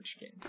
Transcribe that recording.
game